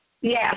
Yes